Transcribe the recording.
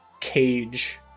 cage